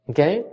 Okay